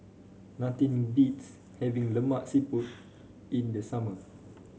nothing beats having Lemak Siput in the summer